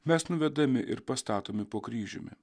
mes nuvedami ir pastatomi po kryžiumi